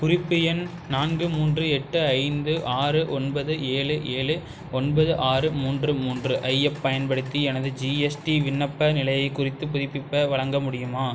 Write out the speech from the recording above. குறிப்பு எண் நான்கு மூன்று எட்டு ஐந்து ஆறு ஒன்பது ஏழு ஏழு ஒன்பது ஆறு மூன்று மூன்று ஐப் பயன்படுத்தி எனது ஜிஎஸ்டி விண்ணப்ப நிலையைக் குறித்து புதுப்பிப்ப வழங்க முடியுமா